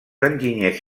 enginyers